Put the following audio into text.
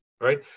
Right